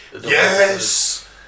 Yes